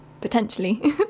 potentially